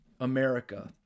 America